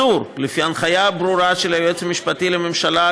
לפי ההנחיה הברורה של היועץ המשפטי לממשלה,